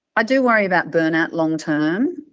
i do worry about burnout long-term.